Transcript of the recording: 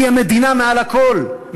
כי המדינה מעל הכול,